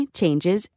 changes